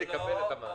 לקבל את המענק.